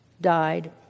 died